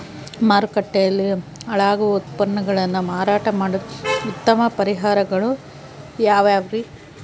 ಮಾರುಕಟ್ಟೆಯಲ್ಲಿ ಹಾಳಾಗುವ ಉತ್ಪನ್ನಗಳನ್ನ ಮಾರಾಟ ಮಾಡಲು ಉತ್ತಮ ಪರಿಹಾರಗಳು ಯಾವ್ಯಾವುರಿ?